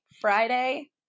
Friday